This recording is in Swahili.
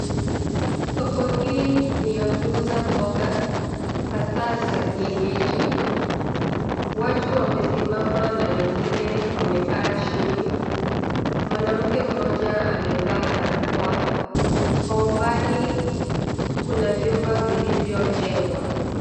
Soko hili ni la kuuza mboga hasa za kienyeji, watu wamesimama na wengine wamekaa chini. Mwanamke mmoja amevaa barakoa, kwa umbali kuna nyumba zilizojengwa.